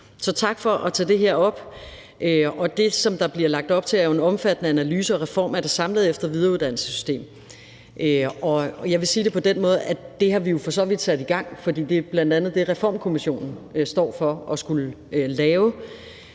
Så tak for at tage det her op. Det, der bliver lagt op til, er jo en omfattende analyse og reform af det samlede efter- og videreuddannelsessystem. Jeg vil sige det på den måde, at det har vi jo for så vidt sat i gang, fordi det bl.a. er det, Reformkommissionen står for at skulle lave.